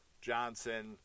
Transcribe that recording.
Johnson